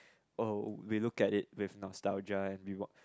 uh we look at it with nostalgia and we wan~